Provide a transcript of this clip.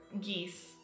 geese